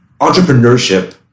entrepreneurship